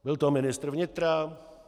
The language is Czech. Byl to ministr vnitra?